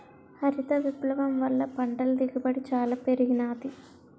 హరిత విప్లవం వల్ల పంటల దిగుబడి బాగా పెరిగినాది